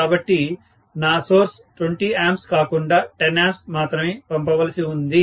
కాబట్టి నా source 20 A కాకుండా 10 A మాత్రమే పంపవలసి ఉంది